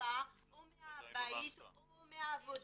השפה או מהבית או מהעבודה,